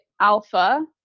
alpha